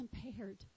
compared